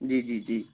जी जी जी